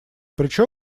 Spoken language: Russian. причем